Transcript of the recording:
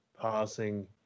passing